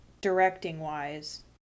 directing-wise